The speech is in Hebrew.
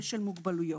ושל מוגבלויות.